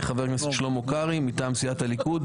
חבר הכנסת שלמה קרעי מטעם סיעת הליכוד.